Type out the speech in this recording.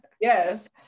Yes